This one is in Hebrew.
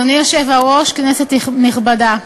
אדוני היושב-ראש, כנסת נכבדה,